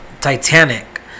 Titanic